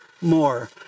More